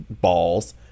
balls